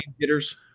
hitters